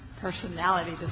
personality